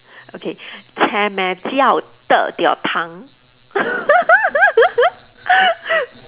okay